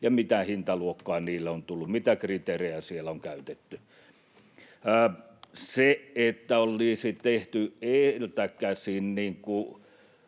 ja mitä hintaluokkaa niille on tullut, mitä kriteerejä siellä on käytetty. Se, että olisi tehty edeltä käsin